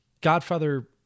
Godfather